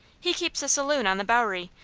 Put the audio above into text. he keeps a saloon on the bowery,